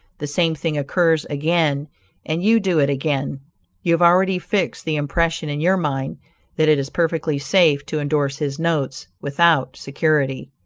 the same thing occurs again and you do it again you have already fixed the impression in your mind that it is perfectly safe to indorse his notes without security.